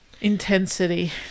intensity